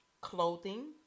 Clothing